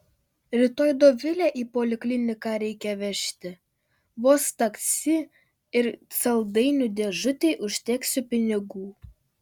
rytoj dovilę į polikliniką reikia vežti vos taksi ir saldainių dėžutei užteksiu pinigų